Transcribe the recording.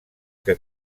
que